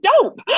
dope